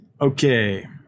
Okay